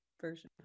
version